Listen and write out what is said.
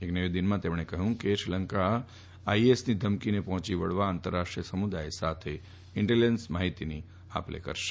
એક નિવેદનમાં તેમણે કહ્યું કે શ્રીલંકા આઈએસની ધમકીને પહોંચી વળવા આંતરરાષ્ટ્રીય સમુદાય સાથે ઈન્ટેલીજન્સ માહિતીની આપ લે કરશે